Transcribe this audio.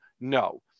No